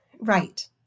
Right